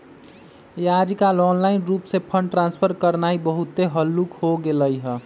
याजकाल ऑनलाइन रूप से फंड ट्रांसफर करनाइ बहुते हल्लुक् हो गेलइ ह